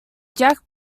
jack